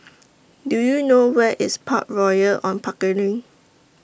Do YOU know Where IS Park Royal on Pickering